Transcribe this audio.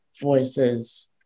voices